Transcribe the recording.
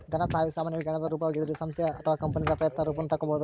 ಧನಸಹಾಯವು ಸಾಮಾನ್ಯವಾಗಿ ಹಣದ ರೂಪದಾಗಿದ್ರೂ ಸಂಸ್ಥೆ ಅಥವಾ ಕಂಪನಿಯಿಂದ ಪ್ರಯತ್ನ ರೂಪವನ್ನು ತಕ್ಕೊಬೋದು